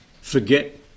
forget